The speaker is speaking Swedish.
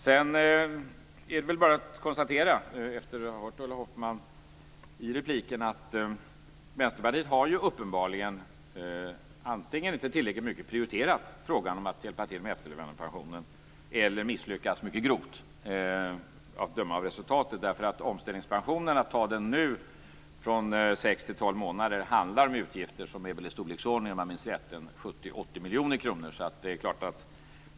Det är väl efter att ha hört Ulla Hoffmanns replik bara att konstatera att Vänsterpartiet, att döma av resultatet, uppenbarligen antingen inte tillräckligt mycket har prioriterat frågan om att hjälpa till med efterlevandepensionen eller har misslyckats mycket grovt. Att nu förlänga omställningsperioden från sex till tolv månader innebär, om jag minns rätt, utgifter i storleksordningen 70-80 miljoner kronor.